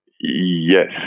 Yes